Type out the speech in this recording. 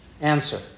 answer